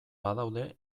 badaude